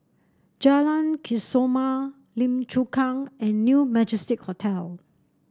Jalan Kesoma Lim Chu Kang and New Majestic Hotel